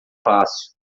fácil